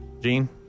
Gene